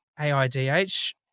AIDH